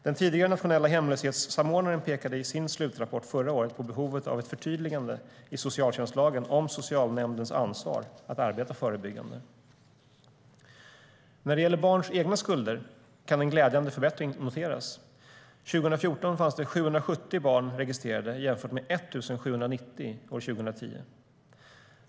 Den tidigare nationella hemlöshetssamordnaren pekade i sin slutrapport förra året på behovet av ett förtydligande i socialtjänstlagen om socialnämndens ansvar att arbeta förebyggande. När det gäller barns egna skulder kan en glädjande förbättring noteras. År 2014 fanns 770 barn registrerade jämfört med 1 790 år 2010.